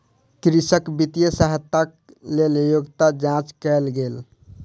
कृषक वित्तीय सहायताक लेल योग्यता जांच कयल गेल